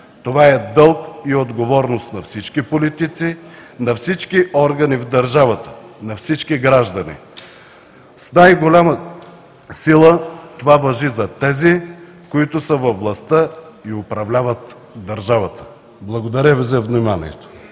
Това е дълг и отговорност на всички политици, на всички органи в държавата, на всички граждани! С най-голяма сила това важи за тези, които са във властта и управляват държавата. Благодаря Ви за вниманието.